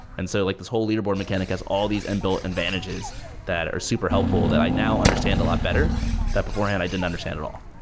and so like this whole leaderboard mechanic has all these and advantages that are super helpful that i now understand a lot better that beforehand i didn't understand at all.